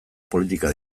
politika